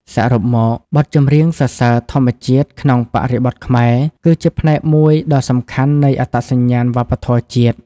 សរុបមក បទចម្រៀងសរសើរធម្មជាតិក្នុងបរិបទខ្មែរ គឺជាផ្នែកមួយដ៏សំខាន់នៃអត្តសញ្ញាណវប្បធម៌ជាតិ។